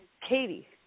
Katie